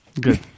Good